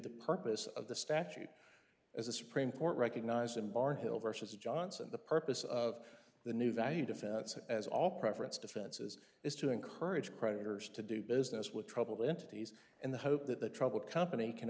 the purpose of the statute as the supreme court recognized them barnhill versus johnson the purpose of the new value defensive as all preference defenses is to encourage creditors to do business with troubled entities in the hope that the troubled company can